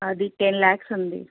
అది టెన్ లాక్స్ ఉంది